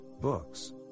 books